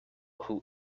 who